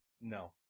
No